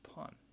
pun